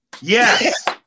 Yes